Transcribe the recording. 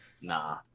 Nah